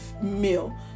meal